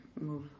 move